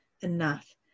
enough